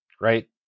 Right